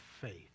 faith